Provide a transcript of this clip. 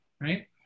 right